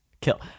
kill